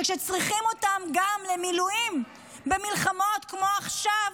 כשיצטרכו אותם, גם למילואים, למלחמות כמו עכשיו,